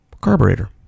carburetor